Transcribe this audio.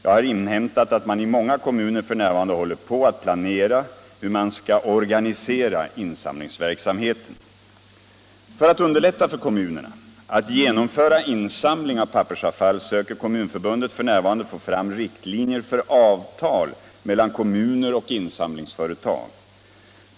Jag har inhämtat att man i många kommuner f. n. håller på att planera hur man skall organisera insamlingsverksamheten. För att underlätta för kommunerna att genomföra insamling av pappersavfall söker Kommunförbundet f. n. få fram riktlinjer för avtal mellan kommuner och insamlingsföretag.